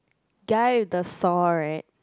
guy with the saw right